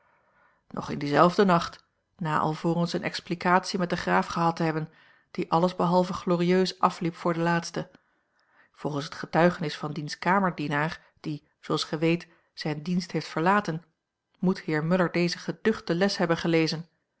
nog in dienzelfden nacht na alvorens eene explicatie met den graaf gehad te hebben die alles behalve glorieus afliep voor den laatste volgens het getuigenis van diens kamerdienaar die zooals gij weet zijn dienst heeft verlaten moet heer muller dezen geducht de les hebben gelezen